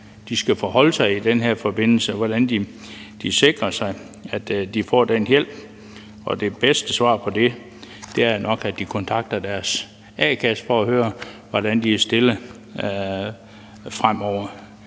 de skal forholde sig i den her forbindelse, hvordan de sikrer sig, at de får den hjælp, og det bedste svar på det er nok, at de kontakter deres a-kasse for at høre, hvordan de er stillet fremover